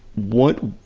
what,